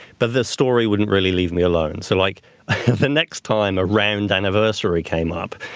but the story wouldn't really leave me alone. so like the next time around, anniversary came up,